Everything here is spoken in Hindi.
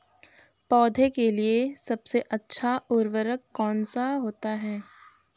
पौधे के लिए सबसे अच्छा उर्वरक कौन सा होता है?